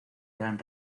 gran